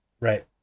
right